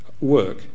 work